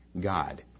God